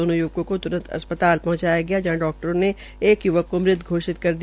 दोनों य्वकों को त्रंत अस्पताल पहंचाया गया जहां डाक्टरों ने एक य्वका को मृत घोषित कर दिया